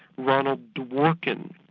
ronald dworkin,